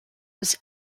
was